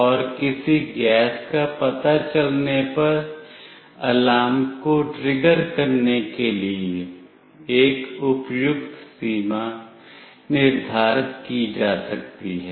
और किसी गैस का पता चलने पर अलार्म को ट्रिगर करने के लिए एक उपयुक्त सीमा निर्धारित की जा सकती है